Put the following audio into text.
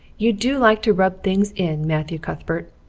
you do like to rub things in, matthew cuthbert.